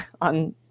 on